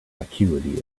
acuity